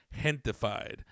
Hentified